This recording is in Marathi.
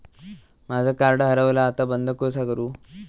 माझा कार्ड हरवला आता बंद कसा करू?